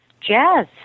jazz